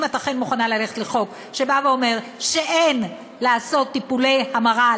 אם את אכן מוכנה ללכת לחוק שבא ואומר שאין לעשות טיפולי המרה,